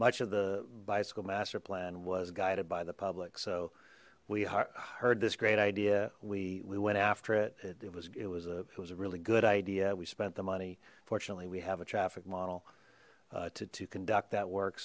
much of the bicycle master plan was guided by the public so we heard this great idea we we went after it it was it was a it was a really good idea we spent money fortunately we have a traffic model to conduct that work